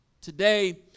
Today